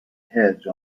hedge